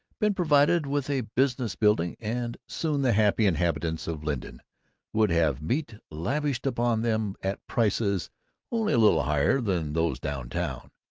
been provided with a business-building, and soon the happy inhabitants of linton would have meat lavished upon them at prices only a little higher than those down-town.